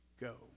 go